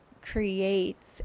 creates